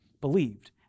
believed